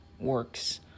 works